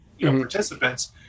participants